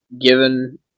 given